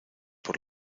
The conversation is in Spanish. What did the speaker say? por